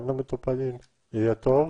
גם למטופלים יהיה טוב,